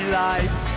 life